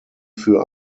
für